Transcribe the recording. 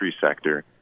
sector